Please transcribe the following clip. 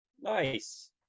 Nice